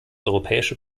europäische